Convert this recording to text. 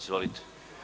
Izvolite.